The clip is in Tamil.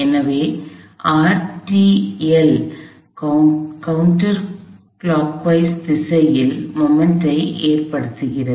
எனவே கடிகார திசையில் கணத்தை ஏற்படுத்துகிறது